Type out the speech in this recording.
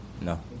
No